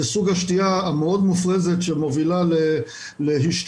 זה סוג השתייה המאוד מופרזת שמובילה להשתכרות.